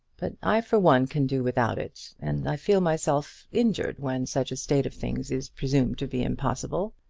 but i for one can do without it, and i feel myself injured when such a state of things is presumed to be impossible.